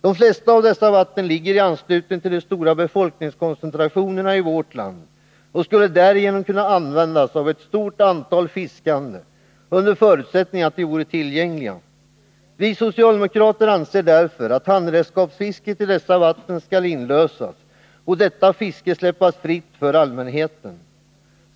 De flesta av dessa vatten finns i anslutning till de stora befolkningskoncentrationerna i vårt land och skulle därigenom kunna användas av ett stort antal fiskande under förutsättning att de vore tillgängliga. Vi socialdemokrater anser därför att handredskapsfisket i dessa vatten skall inlösas och detta fiske släppas fritt för allmänheten.